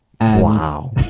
Wow